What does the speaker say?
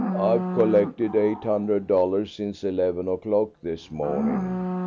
i've collected eight hundred dollars since eleven o'clock this morning.